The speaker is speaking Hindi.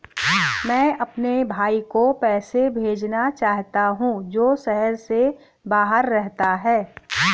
मैं अपने भाई को पैसे भेजना चाहता हूँ जो शहर से बाहर रहता है